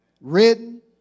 written